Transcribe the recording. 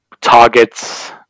targets